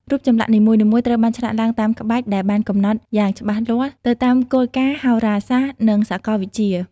រូបចម្លាក់នីមួយៗត្រូវបានឆ្លាក់ឡើងតាមក្បាច់ដែលបានកំណត់យ៉ាងច្បាស់លាស់ទៅតាមគោលការណ៍ហោរាសាស្ត្រ និងសកលវិទ្យា។